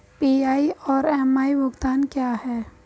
PI और MI भुगतान क्या हैं?